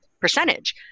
percentage